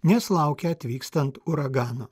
nes laukia atvykstant uragano